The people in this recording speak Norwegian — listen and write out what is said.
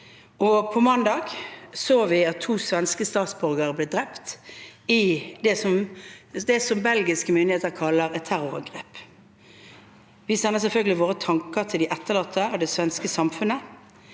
på mandag så vi at to svenske statsborgere ble drept i det som belgiske myndigheter kaller et terrorangrep. Vi sender selvfølgelig våre tanker til de etterlatte og det svenske samfunnet.